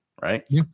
Right